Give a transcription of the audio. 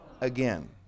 Again